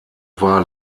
war